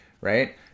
right